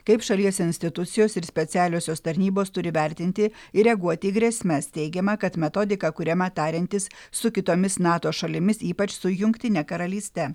kaip šalies institucijos ir specialiosios tarnybos turi vertinti ir reaguoti į grėsmes teigiama kad metodika kuriama tariantis su kitomis nato šalimis ypač su jungtine karalyste